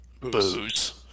booze